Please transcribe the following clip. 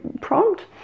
prompt